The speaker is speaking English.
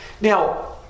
now